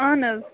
اَہن حظ